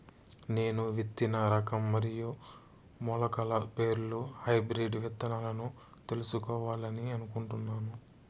నేను విత్తన రకం మరియు మొలకల పేర్లు హైబ్రిడ్ విత్తనాలను తెలుసుకోవాలని అనుకుంటున్నాను?